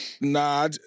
nah